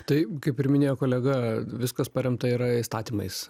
tai kaip ir minėjo kolega viskas paremta yra įstatymais